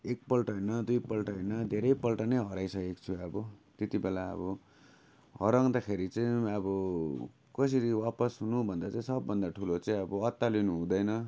एकपल्ट होइन दुईपल्ट होइन धेरैपल्ट नै हराइसकेको छु अब त्यति बेला हराउँदाखेरि चाहिँ अब कसरी वापस हुनु भन्दा चाहिँ सबभन्दा ठुलो चाहिँ अब अत्तालिनु हुँदैन